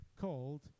called